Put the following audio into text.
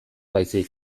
baizik